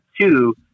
two